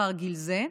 לאחר גיל זה.